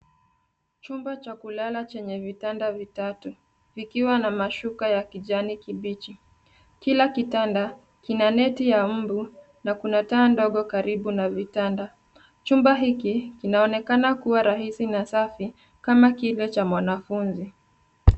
Chumba cha kulala chenye vitanda vitatu vikiwa na mashuka ya kijani kibichi. Kila kitanda kina neti ya mbu na kuna taa ndogo karibu na vitanda. Chumba hiki kinaonekana kuwa rahisi na safi kama kile cha wanafunzi